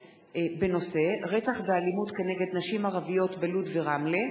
בנושא: רצח ואלימות כנגד נשים ערביות בלוד ורמלה,